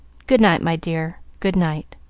good-night, my dear, good-night.